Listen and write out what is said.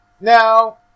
Now